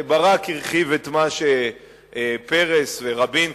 ברק הרחיב את מה שפרס ורבין,